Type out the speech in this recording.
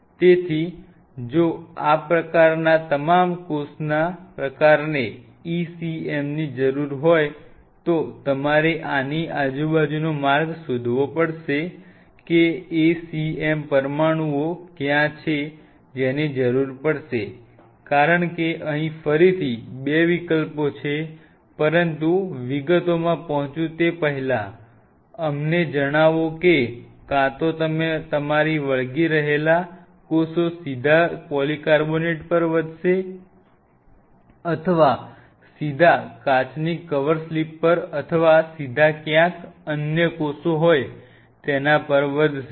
તેથી જો તમારા કોષના પ્રકારને ECM ની જરૂર હોય તો તમારે આની આજુબાજુનો માર્ગ શોધ વો પડશે કે ACM પરમાણુઓ કયા છે જેની જરૂર પડશે કારણ કે અહીં ફરીથી બે વિકલ્પો છે હું વિગતોમાં પહોંચું તે પહેલા અમને જણાવો કે કાં તો તમારા વળગી રહેલા કોષો સીધા પોલીકાર્બોનેટ પર વધશે અથવા સીધા કાચની કવર સ્લિપ પર અથવા સીધા ક્યાંક અન્ય કોષો હોય તેના પર વધશે